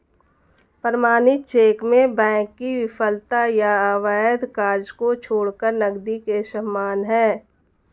प्रमाणित चेक में बैंक की विफलता या अवैध कार्य को छोड़कर नकदी के समान है